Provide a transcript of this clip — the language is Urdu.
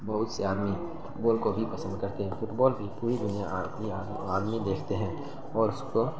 بہت سے آدمی فٹبال کو بھی پسند کرتے ہیں فٹبال کی پوری دنیا آدمی دیکھتے ہیں اور اس کو